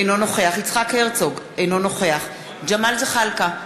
אינו נוכח יצחק הרצוג, אינו נוכח ג'מאל זחאלקה,